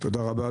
תודה רבה,